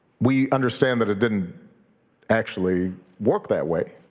we understand that it didn't actually work that way.